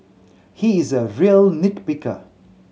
he is a real nit picker